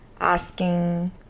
asking